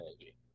energy